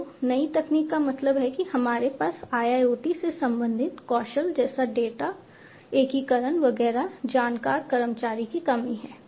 तो नई तकनीक का मतलब है कि हमारे पास IIoT से संबंधित कौशल जैसे डेटा एकीकरण वगैरह जानकार कर्मचारी की कमी है